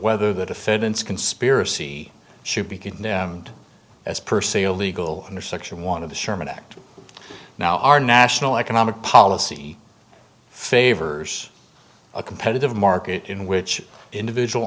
whether the defendants conspiracy should be condemned as per se illegal under section one of the sherman act now our national economic policy favors a competitive market in which individual